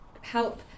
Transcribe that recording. help